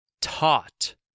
taught